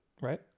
Right